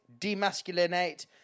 demasculinate